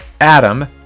Adam